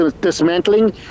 dismantling